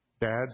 Dads